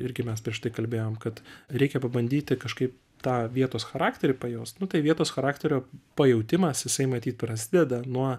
irgi mes prieš tai kalbėjom kad reikia pabandyti kažkaip tą vietos charakterį pajaust nu tai vietos charakterio pajautimas jisai matyt prasideda nuo